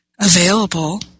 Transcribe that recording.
available